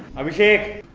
abhishek.